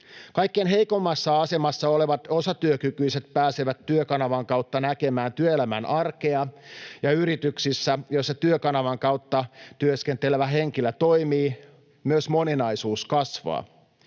Kaikkein heikoimmassa asemassa olevat osatyökykyiset pääsevät Työkanavan kautta näkemään työelämän arkea, ja yrityksissä, joissa Työkanavan kautta työskentelevä henkilö toimii, myös moninaisuus kasvaa.